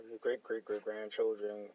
great-great-great-grandchildren